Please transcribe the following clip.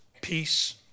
peace